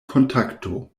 kontakto